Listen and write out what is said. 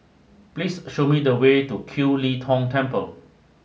please show me the way to Kiew Lee Tong Temple